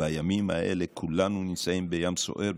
בימים האלה כולנו נמצאים בים סוער,